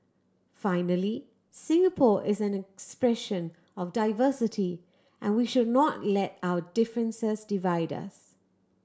finally Singapore is an expression of diversity and we should not let our differences divide us